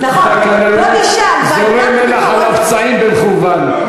אתה כנראה זורה מלח על הפצעים במכוון.